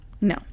No